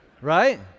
right